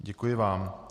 Děkuji vám.